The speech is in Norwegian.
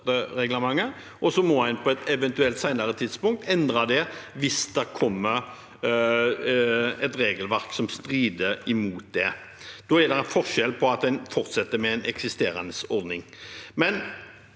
statsstøttereglementet, og så må en på et eventuelt senere tidspunkt endre det hvis det kommer et regelverk som strider imot det. Da er det en forskjell om man fortsetter med eksisterende ordning. Vi